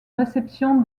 réception